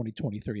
2023